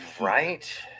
right